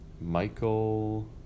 Michael